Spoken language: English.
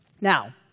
Now